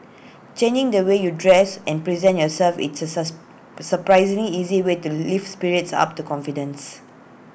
changing the way you dress and present yourself it's A surprisingly easy way to lift spirits up the confidence